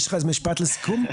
יש לך משפט לסיכום?